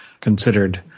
considered